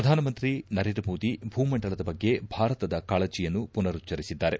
ಪ್ರಧಾನಮಂತ್ರಿ ನರೇಂದ್ರ ಮೋದಿ ಭೂಮಂಡಲದ ಬಗ್ಗೆ ಭಾರತದ ಕಾಳಜಿಯನ್ನು ಪುನರುಚ್ಛರಿಸಿದ್ದಾರೆ